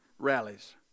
Rallies